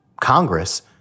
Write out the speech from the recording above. Congress